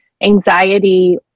anxiety